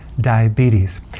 diabetes